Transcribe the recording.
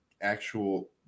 actual